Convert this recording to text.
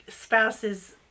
spouse's